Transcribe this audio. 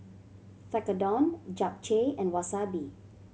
Tekkadon Japchae and Wasabi